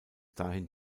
dahin